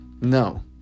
No